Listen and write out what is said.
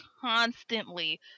constantly